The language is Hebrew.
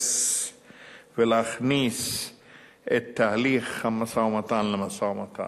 ולהכניס את תהליך המשא-ומתן למשא-ומתן.